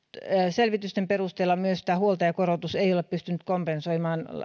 selvitysten perusteella myöskään huoltajakorotus ei ole pystynyt kompensoimaan